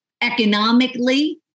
economically